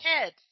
head